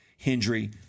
Hendry